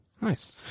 nice